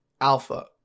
alpha